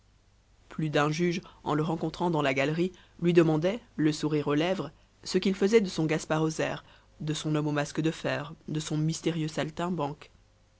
plus d'un juge en le rencontrant dans la galerie lui demandait le sourire aux lèvres ce qu'il faisait de son gaspard hauser de son homme au masque de fer de son mystérieux saltimbanque